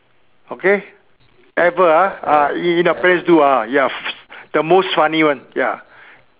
okay ever ah ah in your parents do ah ya the most funny one ya